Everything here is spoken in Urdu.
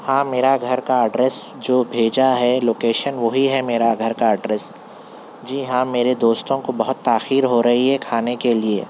ہاں میرا گھر کا اڈریس جو بھیجا ہے لوکیشن وہی ہے میرا گھر کا اڈریس جی ہاں میرے دوستوں کو بہت تاخیر ہو رہی ہے کھانے کے لیے